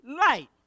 light